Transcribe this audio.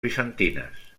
bizantines